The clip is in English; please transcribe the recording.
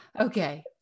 Okay